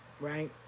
right